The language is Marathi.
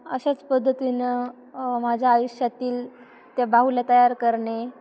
अशाच पद्धतीनं माझ्या आयुष्यातील त्या बाहुल्या तयार करणे